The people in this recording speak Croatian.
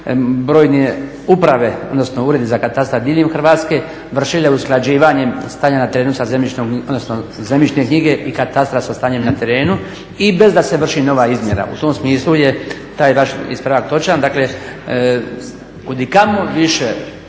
brojne uprave odnosno uredi za katastar diljem Hrvatske vršile usklađivanjem stanja na terenu, odnosno zemljišne knjige i katastra sa stanjem na terenu i bez da se vrši nova izmjera. U tom smislu je taj vaš ispravak točan, dakle kudikamo više